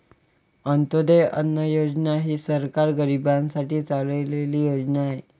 अंत्योदय अन्न योजना ही सरकार गरीबांसाठी चालवलेली योजना आहे